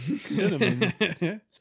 Cinnamon